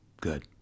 Good